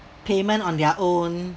payment on their own